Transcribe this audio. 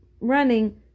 running